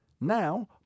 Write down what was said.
Now